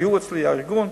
היו אצלי מהארגון,